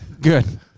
Good